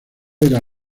era